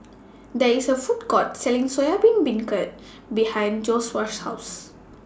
There IS A Food Court Selling Soya Bean Beancurd behind Joshuah's House